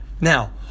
now